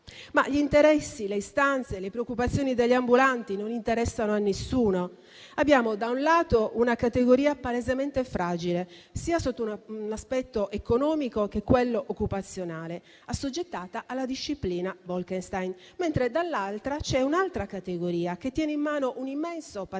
Gli interessi, le istanze e le preoccupazioni degli ambulanti non interessano a nessuno? Da un lato, abbiamo una categoria palesemente fragile, sia sotto l'aspetto economico che sotto quello occupazionale, assoggettata alla disciplina Bolkenstein; dall'altra parte, c'è invece un'altra categoria che tiene in mano un immenso patrimonio